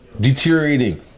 deteriorating